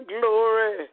glory